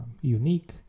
unique